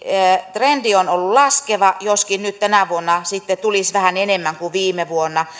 trendi on ollut laskeva joskin nyt tänä vuonna sitten tulisi vähän enemmän kuin viime vuonna